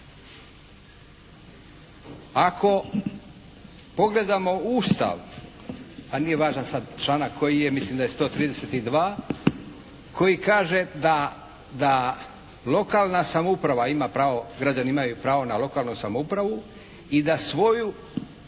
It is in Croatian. Ako pogledamo Ustav, pa nije sad važan članak koji je, mislim da je 132. koji kaže da lokalna samouprava ima pravo, građani imaju pravo na lokalnu samoupravu i da svoje